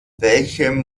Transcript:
welchem